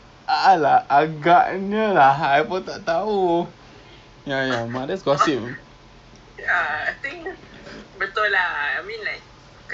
um sentosa I'm not sure because if we were to go for all the attractions and all that kind of cost a lot of money then you know the bungee jump itu I tak berani